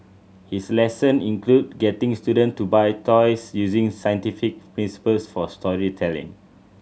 his lesson include getting student to buy toys using scientific principles for storytelling